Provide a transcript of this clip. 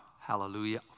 hallelujah